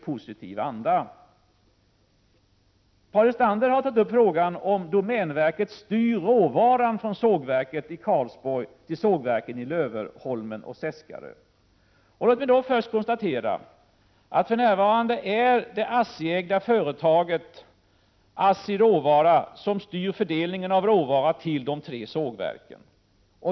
Paul Lestander frågade om domänverket styr råvaran från sågverket i Karlsborg till sågverken i Lövholmen och Seskarö. Låt mig först konstatera att det för närvarande är det ASSI-ägda företaget ASSI Råvara som styr fördelningen av råvara till de tre sågverken.